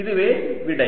இதுவே விடை